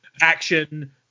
action